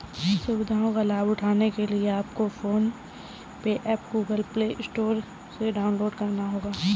सुविधाओं का लाभ उठाने के लिए आपको PhonePe app Google Play Store से डाउनलोड करना होगा